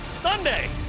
Sunday